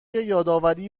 یادآوری